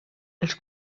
els